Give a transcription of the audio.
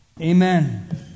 Amen